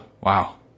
Wow